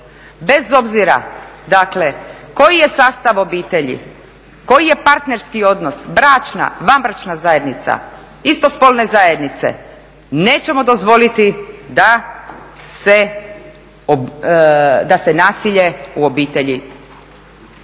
Bez obzira dakle koji je sastav obitelji, koji je partnerski odnos, bračna, vanbračna zajednica, istospolne zajednice nećemo dozvoliti da se nasilje u obitelji